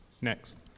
Next